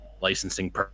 licensing